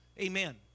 Amen